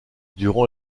durant